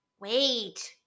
wait